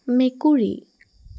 মেকুৰী